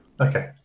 Okay